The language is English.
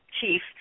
chief